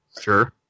Sure